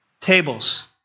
Tables